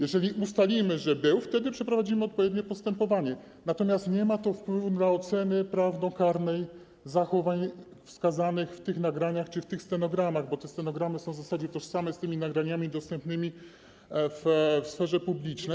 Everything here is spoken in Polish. Jeżeli ustalimy, że był, wtedy przeprowadzimy odpowiednie postępowanie, natomiast nie ma to wpływu na ocenę prawnokarną zachowań wskazanych w tych nagraniach czy w tych stenogramach, bo te stenogramy są w zasadzie tożsame z tymi nagraniami dostępnymi w sferze publicznej.